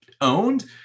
owned